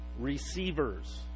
receivers